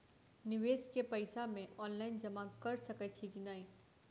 निवेश केँ पैसा मे ऑनलाइन जमा कैर सकै छी नै?